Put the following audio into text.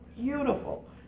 beautiful